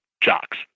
jocks